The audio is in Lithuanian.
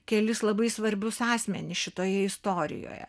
kelis labai svarbius asmenis šitoje istorijoje